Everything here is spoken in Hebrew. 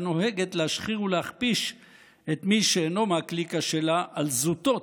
שנוהגת להשחיר ולהכפיש את מי שאינו מהקליקה שלה על זוטות,